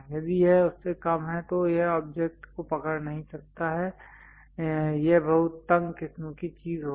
यदि यह उससे कम है तो यह ऑब्जेक्ट को पकड़ नहीं सकता है यह बहुत तंग किस्म की चीज होगी